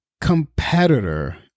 competitor